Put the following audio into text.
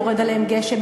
יורד עליהם גשם,